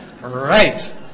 Right